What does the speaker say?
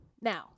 Now